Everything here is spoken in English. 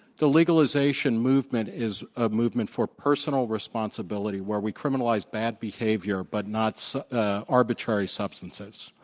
the legalization movement is a movement for personal responsibility where we criminalize bad behavior but not so ah arbitrary substances.